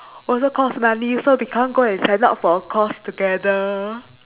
also cost money so become go and sign up for a course together